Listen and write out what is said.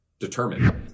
determined